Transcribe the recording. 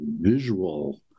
visual